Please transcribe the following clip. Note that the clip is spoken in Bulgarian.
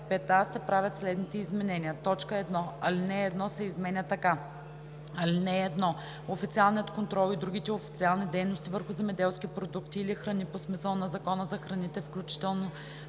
25а се правят следните изменения: 1. Алинея 1 се изменя така: „(1) Официалният контрол и другите официални дейности върху земеделски продукти или храни по смисъла на Закона за храните, включително